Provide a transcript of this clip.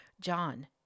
John